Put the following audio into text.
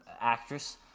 actress